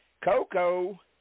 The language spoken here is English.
Coco